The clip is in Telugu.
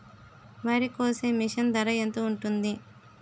వరి కోసే మిషన్ ధర ఎంత ఉంటుంది?